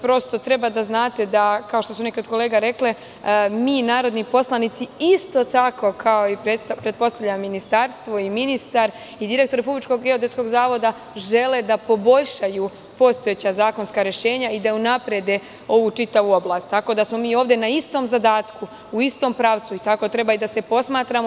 Prosto, treba da znate, kao što su kolege rekle, da mi narodni poslanici, isto tako kao i pretpostavljam Ministarstvo i ministar i direktor Republičkog geodetskog zavoda, želimo da poboljšamo postojeća zakonska rešenja i da unapredimo čitavu ovu oblast, tako da smo mi ovde na istom zadatku, u istom pravcu i tako treba i da se posmatramo.